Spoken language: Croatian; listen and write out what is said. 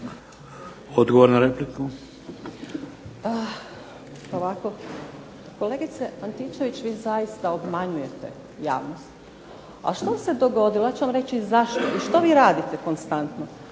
Odgovor na repliku.